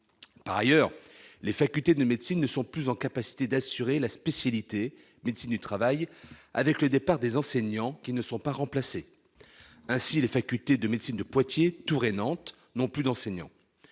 Par ailleurs, les facultés de médecine ne sont plus en capacité d'assurer la spécialité « médecine du travail » avec le départ des enseignants qui ne sont pas remplacés. Ainsi, les facultés de médecine de Poitiers, Tours et Nantes n'ont plus d'enseignants.